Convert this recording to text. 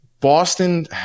boston